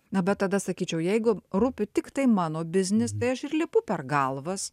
na bet tada sakyčiau jeigu rūpi tiktai mano biznis tai aš ir lipu per galvas